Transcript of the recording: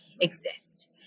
exist